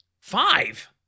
Five